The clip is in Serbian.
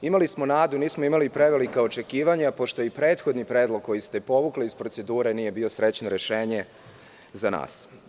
Imali smo nadu nismo imali prevelika očekivanja pošto je i prethodni predlog koji ste povukli iz procedure nije bilo srećno rešenje za nas.